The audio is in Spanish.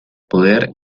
poder